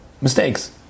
mistakes